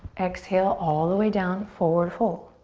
exhale all the way down. forward fold.